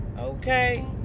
Okay